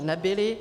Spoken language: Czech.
Nebyly.